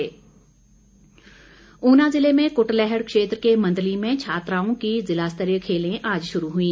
वीरेन्द्र कंवर ऊना ज़िले में कुटलैहड़ क्षेत्र के मंदली में छात्राओं की ज़िलास्तरीय खेलें आज शुरू हुई